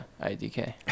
IDK